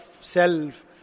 self